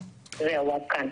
אוקיי,